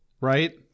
Right